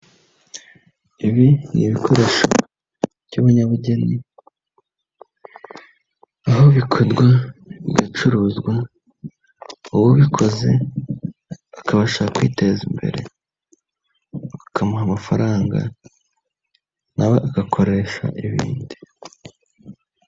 Ibi ni ibikoresho by'abanyabugeni, aho bikorwa bigacuruzwa, uwabikoze akabasha kwiteza imbere, bakamuha amafaranga nawe we agakoresha ibindi.